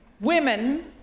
Women